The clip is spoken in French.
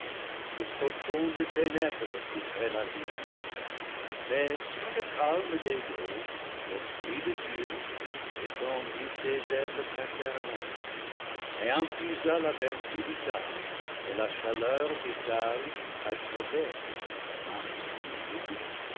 de profondes ténèbres couvraient l'abîme mais sur le calme des eaux l'esprit de dieu étendit ses ailes pater nelles et infusa la vertu vitale et la chaleur vitale à travers la masse fluide